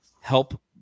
help